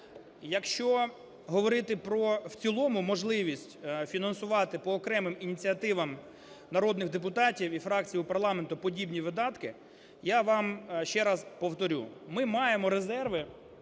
Якщо говорити про в цілому можливість фінансувати по окремим ініціативам народних депутатів і фракцій парламенту подібні видатки, я вам ще раз повторю: ми маємо резерви